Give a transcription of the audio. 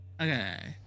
Okay